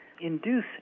induce